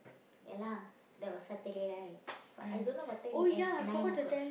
ya lah that was Saturday right but I don't know what time it ends nine O-clock ah